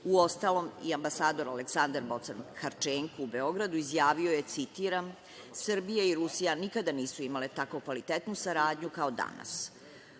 uostalom i ambasador Aleksandar Bocan Harčenko u Beogradu izjavio je, citiram: „Srbija i Rusija nikada nisu imale tako kvalitetnu saradnju kao danas“.